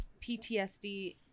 PTSD